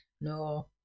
No